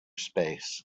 space